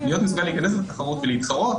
להיות מסוגל להיכנס לתחרות ולהתחרות,